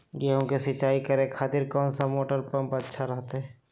गेहूं के सिंचाई करे खातिर कौन सा मोटर पंप अच्छा रहतय?